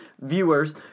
viewers